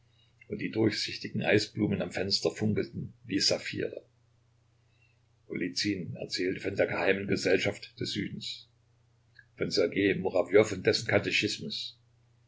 und die durchsichtigen eisblumen am fenster funkelten wie saphire golizyn erzählte von der geheimen gesellschaft des südens von ssergej murawjow und von dessen katechismus